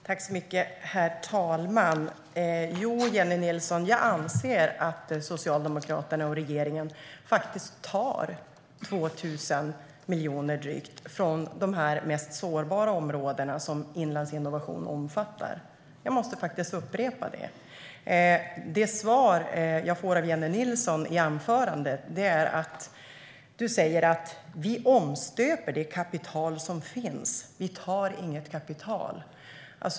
Herr talman! Jo, Jennie Nilsson, jag anser faktiskt att Socialdemokraterna och regeringen tar drygt 2 000 miljoner från de mest sårbara områdena, som Inlandsinnovation omfattar. Jag måste upprepa det. Det svar jag får av Jennie Nilsson är: Vi omstöper det kapital som finns - vi tar inget kapital.